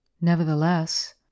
Nevertheless